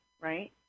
right